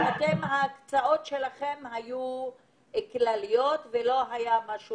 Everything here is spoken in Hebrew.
ההקצאות שלכם היו כלליות, לא היה משהו